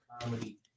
comedy